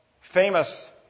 famous